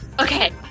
Okay